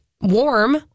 warm